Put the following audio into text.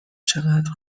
چقدر